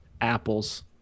apples